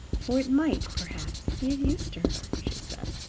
for it might, perhaps, be of use to her, she said.